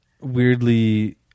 weirdly